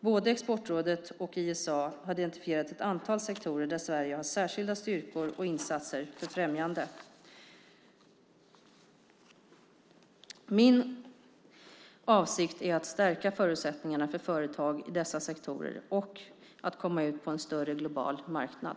Både Exportrådet och ISA har identifierat ett antal sektorer där Sverige har särskilda styrkor och där insatser för främjande efterfrågas. Min avsikt är att stärka förutsättningarna för företag i dessa sektorer att komma ut på en större global marknad.